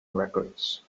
records